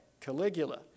Caligula